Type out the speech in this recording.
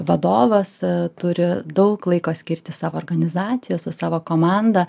vadovas turi daug laiko skirti savo organizacijose savo komandą